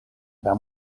tra